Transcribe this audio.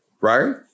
right